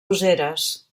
useres